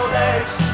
legs